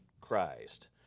Christ